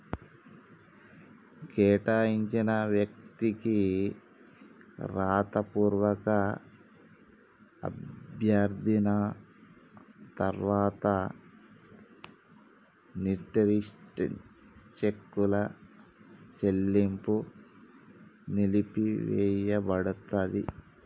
కేటాయించిన వ్యక్తికి రాతపూర్వక అభ్యర్థన తర్వాత నిర్దిష్ట చెక్కుల చెల్లింపు నిలిపివేయపడతది